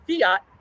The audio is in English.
fiat